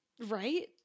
right